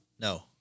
No